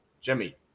Jimmy